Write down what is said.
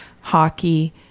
hockey